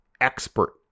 expert